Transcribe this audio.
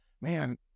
man